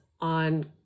on